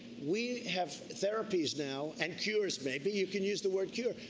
we have therapies now and cures, maybe, you can use the word cure,